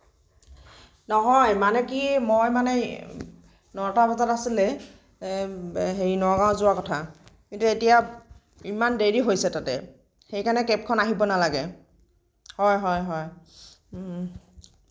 নহয় মানে কি মই মানে নটা বজাত আছিলে নগাঁও যোৱা কথা কিন্তু এতিয়া ইমান দেৰি হৈছে তাতে সেই কাৰণে কেবেখন আহিব নালাগে হয় হয় হয়